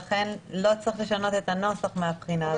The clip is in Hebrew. ולכן לא צריך לשנות את הנוסח מהבחינה הזאת.